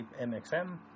MXM